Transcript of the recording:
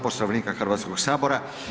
Poslovnika Hrvatskog sabora.